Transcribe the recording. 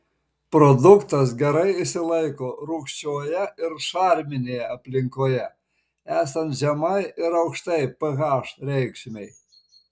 produktas gerai išsilaiko rūgščioje ir šarminėje aplinkoje esant žemai ir aukštai ph reikšmei